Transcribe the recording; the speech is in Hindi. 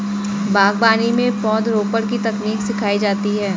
बागवानी में पौधरोपण की तकनीक सिखाई जाती है